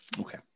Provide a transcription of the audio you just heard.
Okay